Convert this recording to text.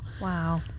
Wow